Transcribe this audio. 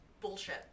bullshit